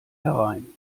herein